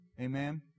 Amen